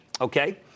Okay